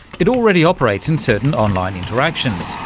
it already operates in certain online interacts,